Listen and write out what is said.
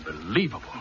unbelievable